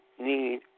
need